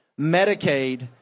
Medicaid